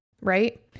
right